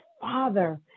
father